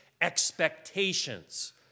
expectations